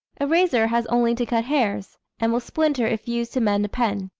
a razor has only to cut hairs, and will splinter if used to mend a pen,